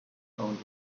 owned